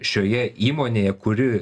šioje įmonėje kuri